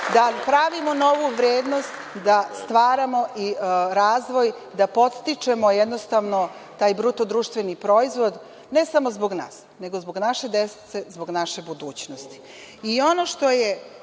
da pravimo novu vrednost, da stvaramo i razvijamo, da podstičemo, jednostavno, taj bruto društveni proizvod, ne samo zbog nas, nego zbog naše dece, zbog naše budućnosti. Ono